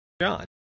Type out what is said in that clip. John